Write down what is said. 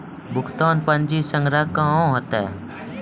भुगतान पंजी संग्रह कहां होता हैं?